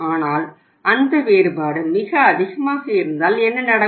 ஆனால் அந்த வேறுபாடு மிக அதிகமாக இருந்தால் என்ன நடக்கும்